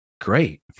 great